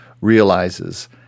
realizes